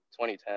2010